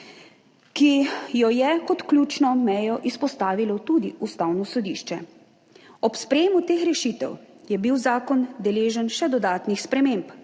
ki jo je kot ključno mejo izpostavilo tudi Ustavno sodišče. Ob sprejetju teh rešitev je bil zakon deležen še dodatnih sprememb.